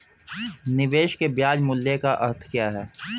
निवेश के ब्याज मूल्य का अर्थ क्या है?